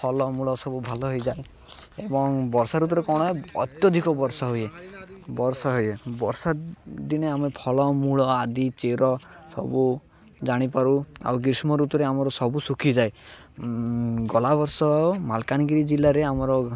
ଫଳ ମୂଳ ସବୁ ଭଲ ହେଇଯାଏ ଏବଂ ବର୍ଷା ଋତୁରେ କ'ଣ ଅତ୍ୟଧିକ ବର୍ଷା ହୁଏ ବର୍ଷା ହୁଏ ବର୍ଷା ଦିନେ ଆମେ ଫଳ ମୂଳ ଆଦି ଚେର ସବୁ ଜାଣିପାରୁ ଆଉ ଗ୍ରୀଷ୍ମ ଋତୁରେ ଆମର ସବୁ ଶୁଖିଯାଏ ଗଲା ବର୍ଷ ମାଲକାନଗିରି ଜିଲ୍ଲାରେ ଆମର